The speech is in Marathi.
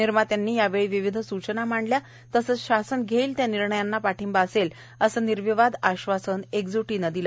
निर्मात्यांनी यावेळी विविध सूचना मांडल्या तसंच शासन घेईल त्या निर्णयांना पाठिंबा असेल असे निर्विवाद आश्वासन एकज्टीनं दिलं